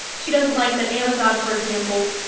she doesn't like that amazon, for example,